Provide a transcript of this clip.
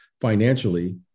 financially